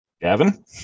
gavin